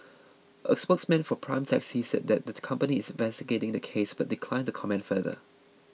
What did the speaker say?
a spokesman for Prime Taxi said that the company is investigating the case but declined to comment further